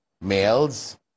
males